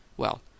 Well